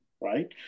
right